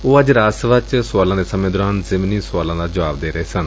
ਉਹ ਅੱਜ ਰਾਜ ਸਭਾ ਚ ਸੁਆਲਾਂ ਦੇ ਸਮੇ ਦੌਰਾਨ ਜ਼ਿਮਨੀ ਸੁਆਲਾਂ ਦਾ ਜੁਆਬ ਦੇ ਰਹੇ ਸਨ